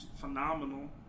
phenomenal